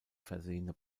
versehene